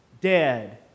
dead